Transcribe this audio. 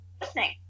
listening